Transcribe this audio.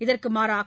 இதற்கு மாறாக